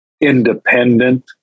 independent